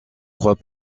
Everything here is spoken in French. croit